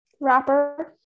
Rapper